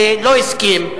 שלא הסכים,